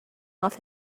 off